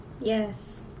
Yes